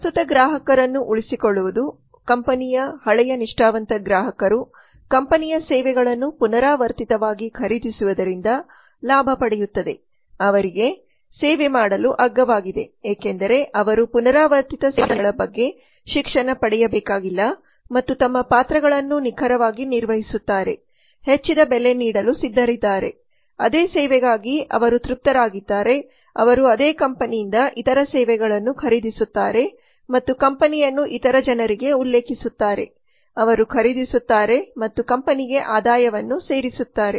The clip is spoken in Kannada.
ಪ್ರಸ್ತುತ ಗ್ರಾಹಕರನ್ನು ಉಳಿಸಿಕೊಳ್ಳುವುದು ಕಂಪನಿಯು ಹಳೆಯ ನಿಷ್ಠಾವಂತ ಗ್ರಾಹಕರು ಕಂಪನಿಯ ಸೇವೆಗಳನ್ನು ಪುನರಾವರ್ತಿತವಾಗಿ ಖರೀದಿಸುವುದರಿಂದ ಲಾಭ ಪಡೆಯುತ್ತದೆಅವರಿಗೆ ಸೇವೆ ಮಾಡಲು ಅಗ್ಗವಾಗಿದೆ ಏಕೆಂದರೆ ಅವರು ಪುನರಾವರ್ತಿತ ಸೇವಾ ವಿತರಣೆಗಳ ಬಗ್ಗೆ ಶಿಕ್ಷಣ ಪಡೆಯಬೇಕಾಗಿಲ್ಲ ಮತ್ತು ತಮ್ಮ ಪಾತ್ರಗಳನ್ನು ನಿಖರವಾಗಿ ನಿರ್ವಹಿಸುತ್ತಾರೆ ಹೆಚ್ಚಿದ ಬೆಲೆ ನೀಡಲು ಸಿದ್ಧರಿದ್ದಾರೆ ಅದೇ ಸೇವೆಗಾಗಿ ಅವರು ತೃಪ್ತರಾಗಿದ್ದರೆ ಅವರು ಅದೇ ಕಂಪನಿಯಿಂದ ಇತರ ಸೇವೆಗಳನ್ನು ಖರೀದಿಸುತ್ತಾರೆ ಮತ್ತು ಕಂಪನಿಯನ್ನು ಇತರ ಜನರಿಗೆ ಉಲ್ಲೇಖಿಸುತ್ತಾರೆ ಅವರು ಖರೀದಿಸುತ್ತಾರೆ ಮತ್ತು ಕಂಪನಿಗೆ ಆದಾಯವನ್ನು ಸೇರಿಸುತ್ತಾರೆ